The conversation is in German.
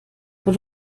aber